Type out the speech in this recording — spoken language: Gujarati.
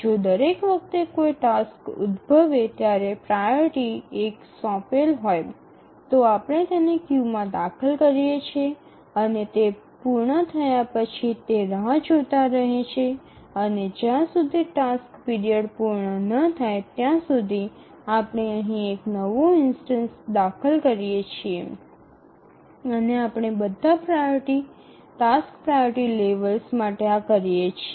જો દરેક વખતે કોઈ ટાસ્ક ઉદ્ભવે ત્યારે પ્રાઓરિટી 1 સોંપેલ હોય તો આપણે તેને ક્યૂમાં દાખલ કરીએ છીએ અને તે પૂર્ણ થયા પછી તે રાહ જોતા રહે છે અને જ્યાં સુધી ટાસ્ક પીરિયડ પૂર્ણ ન થાય ત્યાં સુધી આપણે અહીં એક નવો ઇન્સ્ટનસ દાખલ કરીએ છીએ અને આપણે બધા ટાસ્ક પ્રાઓરિટી લેવલ્સ માટે આ કરીએ છીએ